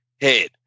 head